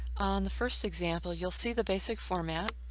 on the first example, you'll see the basic format.